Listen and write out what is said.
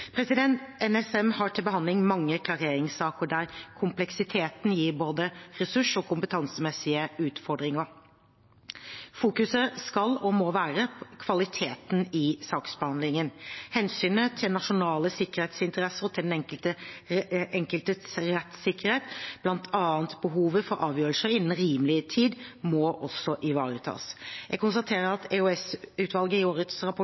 NSM har til behandling mange klareringssaker der kompleksiteten gir både ressurs- og kompetansemessige utfordringer. Fokuset skal og må være på kvaliteten i saksbehandlingen. Hensynet til nasjonale sikkerhetsinteresser og til den enkeltes rettssikkerhet, bl.a. behovet for avgjørelser innen rimelig tid, må også ivaretas. Jeg konstaterer at EOS-utvalget i årets rapport